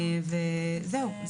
זהו.